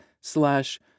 slash